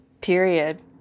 period